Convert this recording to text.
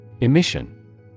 Emission